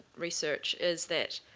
research is that